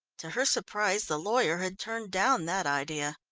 to her surprise the lawyer had turned down that idea.